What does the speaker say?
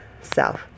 self